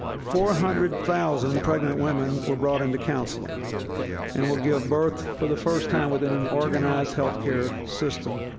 four hundred thousand pregnant women were brought into counseling and will give birth for the first time within an organized healthcare system.